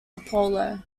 apollo